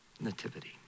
nativity